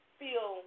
feel